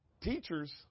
Teachers